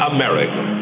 America